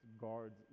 guard's